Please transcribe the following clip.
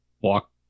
walk